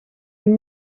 een